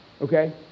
Okay